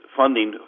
funding